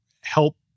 help